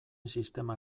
sistema